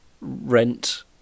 Rent